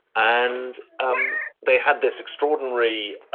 and um they had this extraordinary